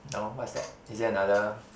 no what's that is that another